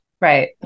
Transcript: Right